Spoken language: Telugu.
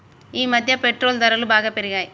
ఈమధ్య పెట్రోల్ ధరలు బాగా పెరిగాయి